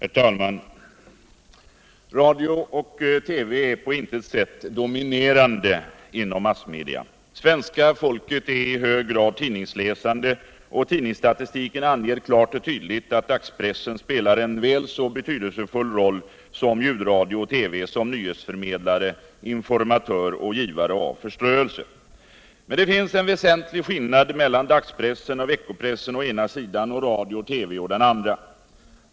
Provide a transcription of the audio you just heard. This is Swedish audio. Herr talman! Radio och TV är på intet sätt dominerande inom massmedia. Svenska folket är i hög grad tidningsläsande och tidningsstatistiken anger klart och tydligt att dagspressen spelar en väl så betydelsefull roll som ljudradio och TV som nyhetsförmedlare, informatör och givare av förströelse. Men det finns en väsentlig skillnad mellan dagspressen och veckopressen å ena sidan och radio och TV å den andra.